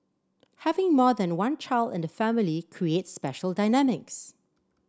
having more than one child in the family creates special dynamics